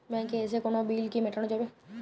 ব্যাংকে এসে কোনো বিল কি মেটানো যাবে?